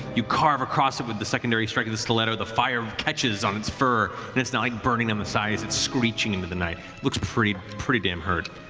you carve across it with the secondary strike of the stiletto, the fire catches on its fur and it's now burning them inside as it's screeching into the night. looks pretty pretty damn hurt.